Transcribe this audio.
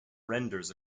renders